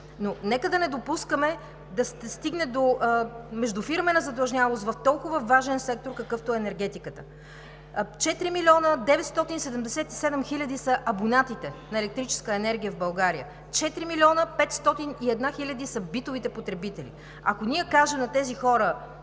Но нека да не допускаме да се стигне до междуфирмена задлъжнялост в толкова важен сектор, какъвто е енергетиката – 4 млн. 977 хил. са абонатите на електрическа енергия в България, 4 млн. 501 хил. са битовите потребители. Ако ние кажем на тези хора